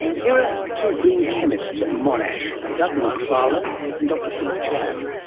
here are two green chemists at monash, doug macfarlane and dr philip chan.